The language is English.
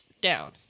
down